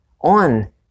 on